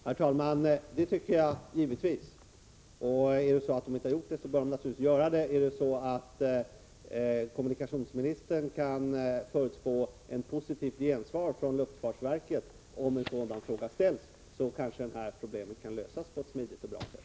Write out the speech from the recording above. Herr talman! Det tycker jag givetvis. Har man inte gjort det, bör man naturligtvis göra det, och kan kommunikationsministern förutspå ett positivt gensvar från luftfartsverket om en sådan fråga ställs, kanske dessa problem kan lösas på ett smidigt och bra sätt.